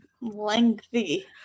Lengthy